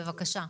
בבקשה.